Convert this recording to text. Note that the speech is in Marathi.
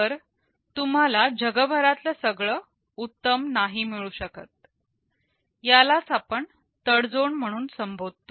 तर तुम्हाला जगभरातले सगळं उत्तम नाही मिळू शकत यालाच आपण तडजोड म्हणून संबोधतो